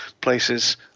places